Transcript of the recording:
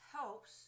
helps